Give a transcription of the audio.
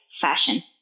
fashion